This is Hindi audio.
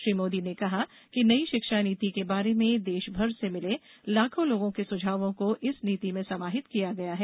श्री मोदी ने कहा कि नई शिक्षा नीति के बारे में देशभर से मिले लाखों लोगों के सुझावों को इस नीति में समाहित किया गया है